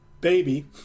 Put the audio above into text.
baby